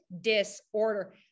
disorder